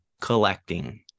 collecting